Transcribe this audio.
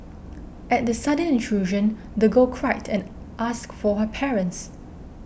at the sudden intrusion the girl cried and asked for her parents